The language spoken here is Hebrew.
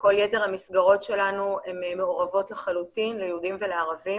כל יתר המסגרות שלנו הן מעורבות לחלוטין ליהודים ולערבים.